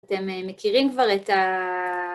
אתם מכירים כבר את ה...